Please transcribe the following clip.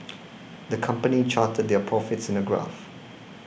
the company charted their profits in a graph